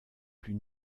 plus